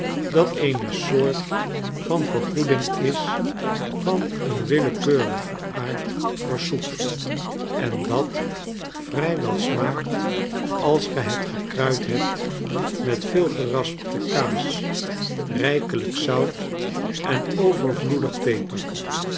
dat eene soort van vergoeding is van een willekeurigen aard voor soep en dat vrij we smaakt als ge het gekruid hebt met veel geraspte kaas rrjkelijk zout en overvloedig peper